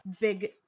big